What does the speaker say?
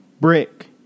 brick